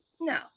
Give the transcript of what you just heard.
no